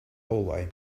hallway